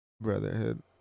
brotherhood